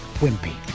wimpy